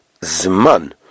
Zman